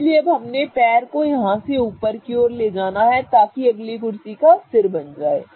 इसलिए अब हमने पैर को यहाँ से ऊपर की ओर ले जाना है ताकि वह अगली कुर्सी का सिर बन जाए